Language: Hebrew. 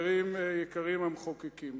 זה מחדש, עד שישתנה המצב הביטחוני.